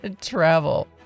travel